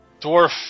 Dwarf